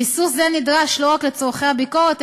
ביסוס זה נדרש לא רק לצורכי הביקורת,